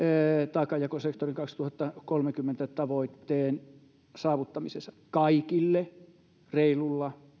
taakanjakosektorin kaksituhattakolmekymmentä tavoitteen saavuttamisessa kaikille reilulla